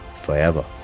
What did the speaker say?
forever